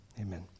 amen